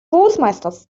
großmeisters